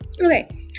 Okay